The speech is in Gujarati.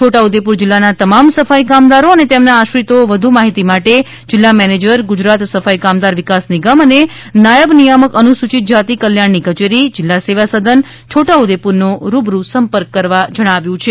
છોટાઉદેપુર જિલ્લાના તમામ સફાઇ કામદારો અને તેમના આશ્રિતો વધુ માહિતી માટે જિલ્લા મેનેજર ગુજરાત સફાઇ કામદાર વિકાસ નિગમ અને નાયબ નિયામક અનુસૂચિત જાતિ કલ્યાણની કચેરી જિલ્લા સેવાસદન છોટાઉદેપુરનો રૂબરૂ સંપર્ક કરવા જણાવ્યું છે